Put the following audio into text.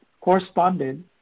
corresponded